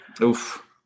Oof